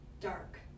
dark